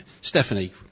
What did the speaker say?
Stephanie